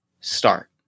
start